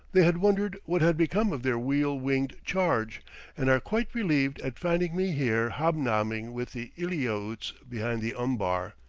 they had wondered what had become of their wheel-winged charge and are quite relieved at finding me here hobnobbing with the eliautes behind the umbar.